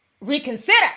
reconsider